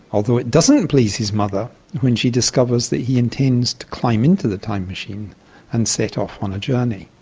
although it doesn't please his mother when she discovers that he intends to climb into the time machine and set off on a journey.